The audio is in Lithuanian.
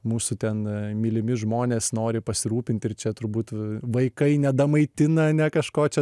mūsų ten mylimi žmonės nori pasirūpinti ir čia turbūt vaikai nedamaitina ane kažko čia